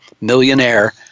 Millionaire